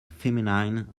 feminine